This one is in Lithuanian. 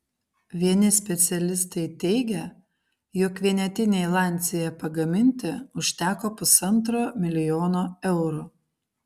vieni specialistai teigia jog vienetinei lancia pagaminti užteko pusantro milijono eurų